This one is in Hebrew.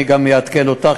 אני גם אעדכן אותך,